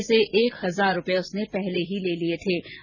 जिसमें से एक हजार रूपए उसने पहले ही ले लिए थे